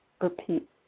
repeat